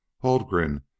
haldgren